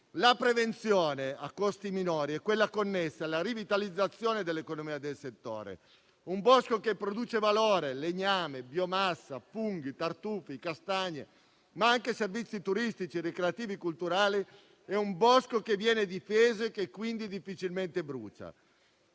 La prevenzione a costi minori è quella connessa alla rivitalizzazione dell'economia del settore. Un bosco che produce valore, legname, biomassa, funghi, tartufi, castagne, ma anche servizi turistici, ricreativi, culturali è un bosco che viene difeso e, quindi, difficilmente brucia.